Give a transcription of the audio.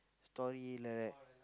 story like